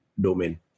domain